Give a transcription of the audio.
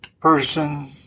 person